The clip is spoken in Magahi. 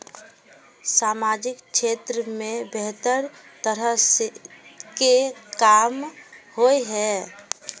सामाजिक क्षेत्र में बेहतर तरह के काम होय है?